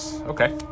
Okay